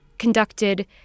conducted